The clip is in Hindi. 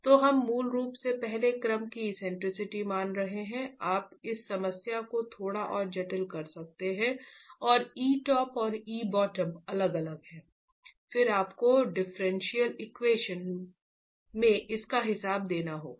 तो हम मूल रूप से पहले क्रम की एक्सेंट्रिसिटी मान रहे हैं आप इस समस्या को थोड़ा और जटिल कर सकते हैं और ई टॉप और ई बॉटम अलग अलग हैं फिर आपको डिफरेंशियल इक्वेशन में इसका हिसाब देना होगा